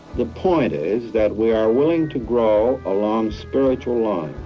the point is that we are willing to grow along spiritual